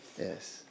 Yes